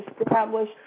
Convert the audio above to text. establish